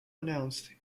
announced